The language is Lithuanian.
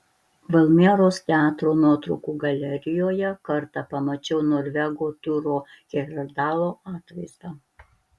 valmieros teatro nuotraukų galerijoje kartą pamačiau norvego turo hejerdalo atvaizdą